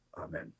Amen